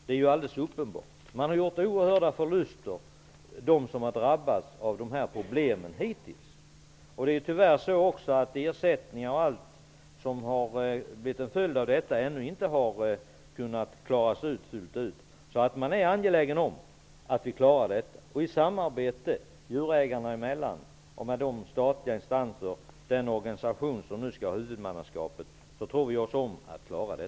Det är helt uppenbart att detta är i hjortägarnas eget intresse. De som har drabbats av problemen hittills har gjort oerhörda förluster, och tyvärr har ersättning för alla följder av detta ännu inte klarats ut. Det är därför angeläget att klara ut detta. Vi tror att det är möjligt, genom ett samarbete mellan djurägarna, de statliga instanserna och den organisation som nu skall ha huvudansvaret.